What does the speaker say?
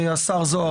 השר זוהר?